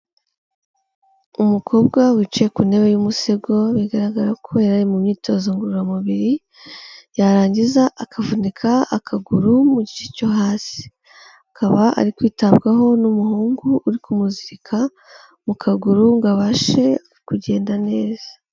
Umukobwa wicaye ku ntebe y'umusego, bigaragara ko yari ari mu myitozo ngororamubiri, yarangiza akavunika akaguru mu gice cyo hasi, akaba ari kwitabwaho n'umuhungu uri kumuzirika mu kaguru ngo abashe kugenda neza.